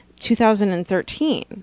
2013